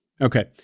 Okay